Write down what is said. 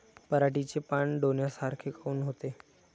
पराटीचे पानं डोन्यासारखे काऊन होते?